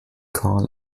call